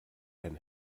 ein